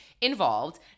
involved